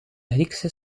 griekse